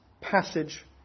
passage